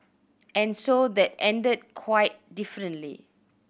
and so that ended quite differently